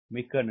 மிக்க நன்றி